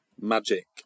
Magic